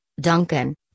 Duncan